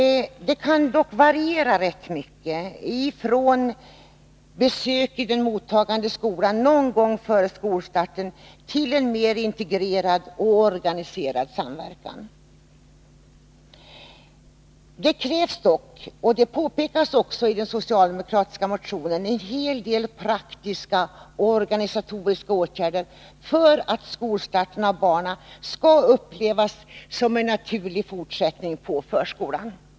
Den kan dock variera rätt mycket, från besök i den mottagande någon gång före skolstarten till mer integrerad och organiserad samverkan. Det krävs dock, och det påpekas också i den socialdemokratiska motionen, en hel del praktiska och organisatoriska åtgärder för att barnen skall uppleva skolstarten som en naturlig fortsättning på förskolan.